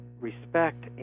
respect